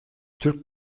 türk